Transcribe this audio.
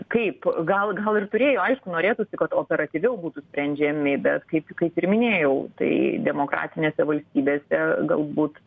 kaip gal gal ir turėjo aišku norėtųsi kad operatyviau būtų sprendžiami bet kaip kaip ir minėjau tai demokratinėse valstybėse galbūt